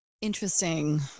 Interesting